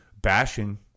bashing